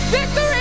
Victory